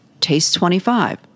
TASTE25